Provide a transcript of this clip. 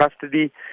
custody